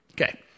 Okay